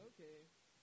Okay